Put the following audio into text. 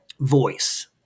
Voice